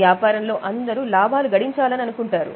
వ్యాపారంలో అందరూ లాభాలు గడించాలని అనుకుంటారు